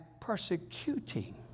persecuting